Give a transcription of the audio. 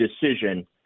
decision